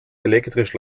elektrisch